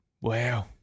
wow